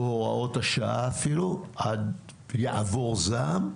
או הוראות השעה אפילו, עד יעבור זעם.